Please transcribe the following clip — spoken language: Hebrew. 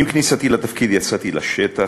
עם כניסתי לתפקיד יצאתי לשטח,